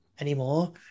anymore